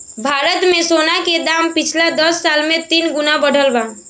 भारत मे सोना के दाम पिछला दस साल मे तीन गुना बढ़ल बा